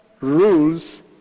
rules